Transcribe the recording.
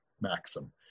maxim